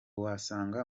wasanga